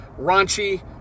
raunchy